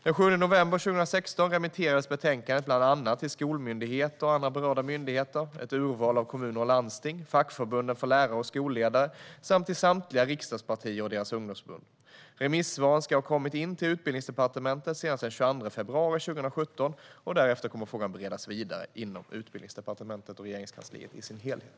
Den 7 november 2016 remitterades betänkandet bland annat till skolmyndigheter och andra berörda myndigheter, ett urval av kommuner och landsting, fackförbunden för lärare och skolledare samt till samtliga riksdagspartier och deras ungdomsförbund. Remissvaren ska ha kommit in till Utbildningsdepartementet senast den 22 februari 2017. Därefter kommer frågan att beredas vidare inom Utbildningsdepartementet och Regeringskansliet i sin helhet.